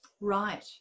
Right